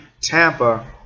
Tampa